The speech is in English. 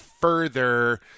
further